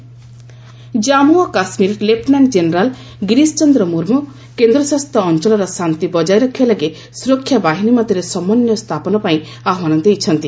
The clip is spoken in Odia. ଜେକେ ଏଲ୍ଟି ଗଭର୍ଣ୍ଣର ଜାମ୍ମୁ ଓ କାଶ୍ମୀର ଲେଫୁନାଷ୍ଟ ଜେନେରାଲ ଗିରିଶ ଚନ୍ଦ୍ର ମୁର୍ମୁ କେନ୍ଦ୍ରଶାସିତ ଅଞ୍ଚଳରେ ଶାନ୍ତି ବଜାୟ ରଖିବା ଲାଗି ସୁରକ୍ଷା ବାହିନୀ ମଧ୍ୟରେ ସମନ୍ୱୟ ସ୍ଥାପନ ପାଇଁ ଆହ୍ୱାନ ଦେଇଛନ୍ତି